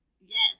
Yes